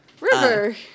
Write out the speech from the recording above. River